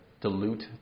dilute